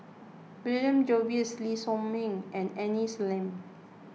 William Jervois Lee Shao Meng and Aini Salim